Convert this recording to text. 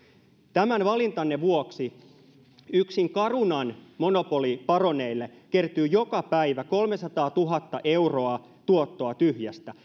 tämän valintanne vuoksi yksin carunan monopoliparoneille kertyy joka päivä kolmesataatuhatta euroa tuottoa tyhjästä